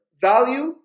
value